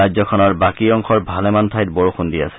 ৰাজ্যখনৰ বাকী অংশৰ ভালেমান ঠাইত বৰষুণ দি আছে